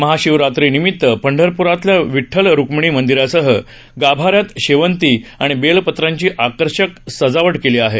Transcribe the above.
महाशिवरात्रीनिमित पंढरपूरातल्या विठ्ठल रुक्मिणी मंदिरासह गाभाऱ्यात शेवंती आणि बेलपत्रांची आकर्षक सजावट केली आहे